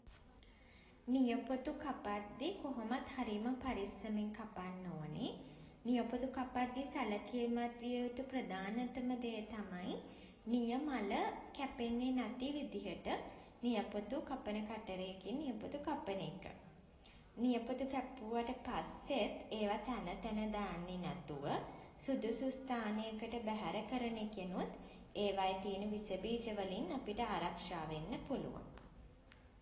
නියපොතු කපද්දී කොහොමත් හරිම පරිස්සමින් කපන්න ඕනේ. නියපොතු කපද්දී සැළකිලිමත් විය යුතු ප්‍රධානතම දේ තමයි නියමල කැපෙන්නේ නැති විදිහට නියපොතු කපන කටරයකින් නියපොතු කපන එක. නියපොතු කැපුවට පස්සෙත් ඒවා තැන තැන දාන්නේ නැතුව සුදුසු ස්ථානයකට බැහැර බැහැර කරන එකෙනුත් ඒවායේ තියෙන විෂබීජ වලින් අපිට ආරක්ෂා වෙන්න පුළුවන්.